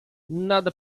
nada